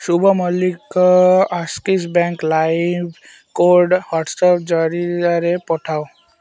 ଶୁଭ Mallick Axis bank ଲାଇମ୍ code WhatsApp ଜରିଆରେ ପଠାଅ